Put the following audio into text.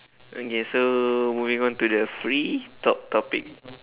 okay so moving on to the free talk topic